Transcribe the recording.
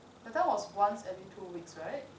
that time was once every two weeks right